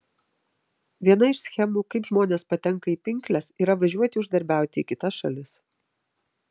viena iš schemų kaip žmonės patenka į pinkles yra važiuoti uždarbiauti į kitas šalis